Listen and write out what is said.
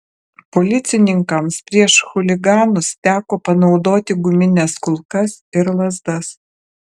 policininkams prieš chuliganus teko panaudoti gumines kulkas ir lazdas